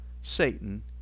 Satan